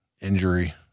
injury